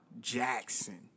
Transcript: Jackson